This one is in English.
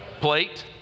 plate